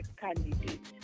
candidate